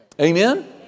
Amen